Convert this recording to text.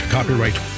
Copyright